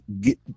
get